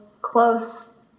close